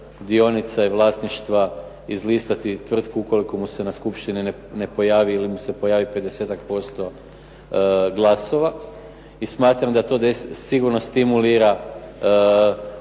dionica i vlasništva izlistati tvrtku ukoliko mu se na skupštini ne pojavi ili mu se pojavi 50-tak posto glasova. I smatram da to sigurno stimulira